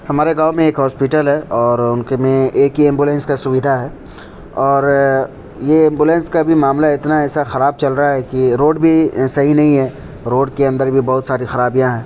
ہمارے گاؤں میں ایک ہاسپیٹل ہے اور ان کے میں ایک ہی ایمبولینس کا سویدھا ہے اور یہ ایمبولینس کا بھی معاملہ اتنا ایسا خراب چل رہا ہے کہ روڈ بھی صحیح نہیں ہے روڈ کے اندر بھی بہت ساری خرابیاں ہیں